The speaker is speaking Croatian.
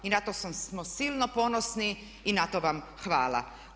I na to smo silno ponosni i na to vam hvala.